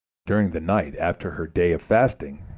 during the night, after her day of fasting,